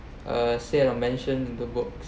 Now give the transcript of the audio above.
uh say and mention in the book